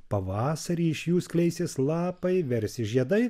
pavasarį iš jų skleisis lapai versis žiedai